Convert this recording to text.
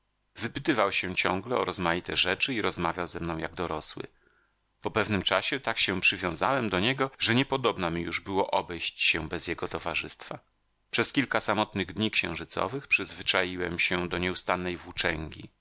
wypytywał się ciągle o rozmaite rzeczy i rozmawiał ze mną jak dorosły po pewnym czasie tak się przywiązałem do niego że niepodobna mi już było obejść się bez jego towarzystwa przez kilka samotnych dni księżycowych przyzwyczaiłem się do nieustannej